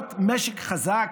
בעלות משק חזק,